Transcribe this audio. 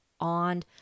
on